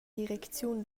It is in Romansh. direcziun